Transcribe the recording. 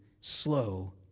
slow